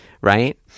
right